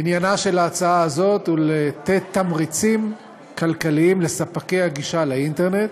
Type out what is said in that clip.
עניינה של ההצעה הזאת הוא לתת תמריצים כלכליים לספקי הגישה לאינטרנט